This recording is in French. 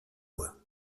bois